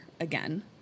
again